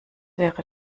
wäre